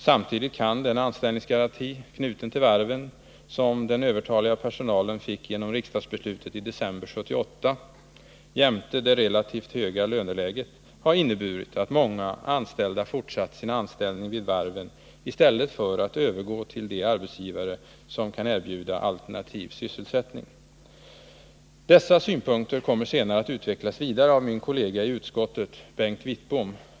Samtidigt kan den anställningsgaranti, knuten till varven, som den övertaliga personalen fick genom riksdagsbeslutet i december 1978 och det relativt höga löneläget ha inneburit att många anställda fortsatt sin anställning vid varven i stället för att övergå till de arbetsgivare som kan erbjuda alternativ sysselsättning. Dessa synpunkter kommer senare att utvecklas vidare av min kollega i utskottet, Bengt Wittbom.